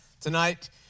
tonight